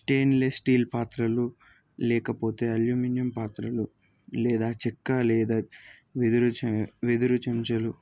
stainless steel పాత్రలు లేకపోతే aluminium పాత్రలు లేదా చెక్క లేదా వెదురు చే చెంచాలు